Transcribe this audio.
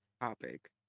topic